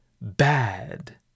bad